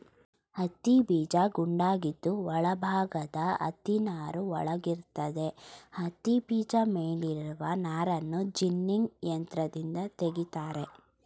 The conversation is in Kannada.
ಹತ್ತಿಬೀಜ ಗುಂಡಾಗಿದ್ದು ಒಳ ಭಾಗದ ಹತ್ತಿನಾರು ಬೆಳ್ಳಗಿರ್ತದೆ ಹತ್ತಿಬೀಜ ಮೇಲಿರುವ ನಾರನ್ನು ಜಿನ್ನಿಂಗ್ ಯಂತ್ರದಿಂದ ತೆಗಿತಾರೆ